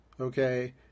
Okay